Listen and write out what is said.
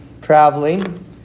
traveling